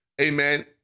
amen